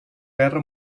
guerra